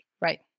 Right